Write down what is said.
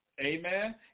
Amen